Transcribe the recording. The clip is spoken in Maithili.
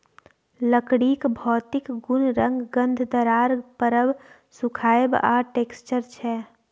लकड़ीक भौतिक गुण रंग, गंध, दरार परब, सुखाएब आ टैक्सचर छै